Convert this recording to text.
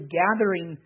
gathering